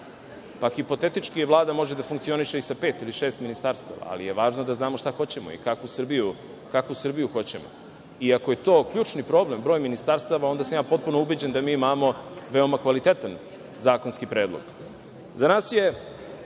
pa, hipotetički, Vlada može da funkcioniše i sa pet ili šest ministarstava, ali je važno da znamo šta hoćemo i kakvu Srbiju hoćemo i ako je to ključni problem, broj ministarstava, onda sam ja potpuno ubeđen da mi imamo veoma kvalitetan zakonski predlog.Za nas je